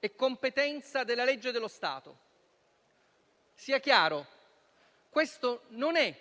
è competenza della legge dello Stato. Sia chiaro: questo non è